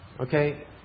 Okay